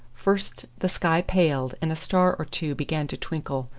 first the sky paled and a star or two began to twinkle,